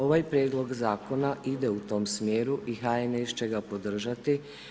Ovaj Prijedlog Zakona ide u tom smjeru i HNS će ga podržati.